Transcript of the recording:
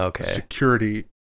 security